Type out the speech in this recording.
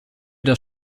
das